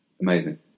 amazing